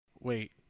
Wait